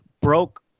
broke